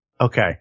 Okay